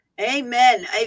amen